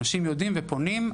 אנשים יודעים ופונים.